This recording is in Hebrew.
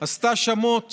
עשתה שמות